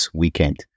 weekend